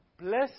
Bless